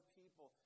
people